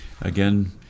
again